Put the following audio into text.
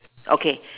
okay